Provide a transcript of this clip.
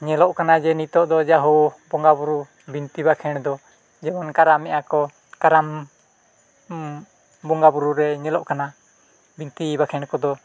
ᱧᱮᱞᱚᱜ ᱠᱟᱱᱟ ᱡᱮ ᱱᱤᱛᱳᱜ ᱫᱚ ᱡᱟᱦᱳᱠ ᱵᱚᱸᱜᱟ ᱵᱩᱨᱩ ᱵᱤᱱᱛᱤ ᱵᱟᱠᱷᱮᱲ ᱫᱚ ᱡᱮᱢᱚᱱ ᱠᱟᱨᱟᱢᱮᱜᱼᱟ ᱠᱚ ᱠᱟᱨᱟᱢ ᱵᱚᱸᱜᱟᱼᱵᱩᱨᱩ ᱨᱮ ᱧᱮᱞᱚᱜ ᱠᱟᱱᱟ ᱵᱤᱱᱛᱤ ᱵᱟᱠᱷᱮᱲ ᱠᱚᱫᱚ